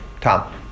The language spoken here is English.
Tom